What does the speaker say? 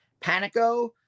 Panico